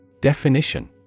Definition